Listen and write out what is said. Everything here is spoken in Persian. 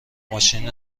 ماشین